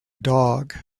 dog